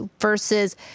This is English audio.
versus